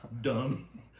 dumb